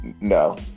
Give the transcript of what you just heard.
No